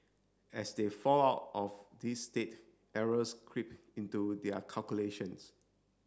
as they fall out of this state errors creep into their calculations